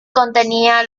contenía